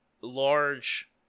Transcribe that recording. large